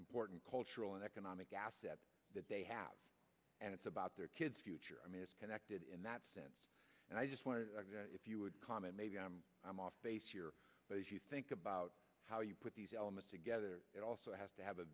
important cultural and economic asset that they have and it's about their kids future is connected in that sense and i just want to if you would comment maybe i'm off base here but if you think about how you put these elements together it also has to have a